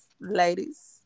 ladies